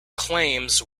claims